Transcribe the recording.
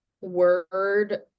word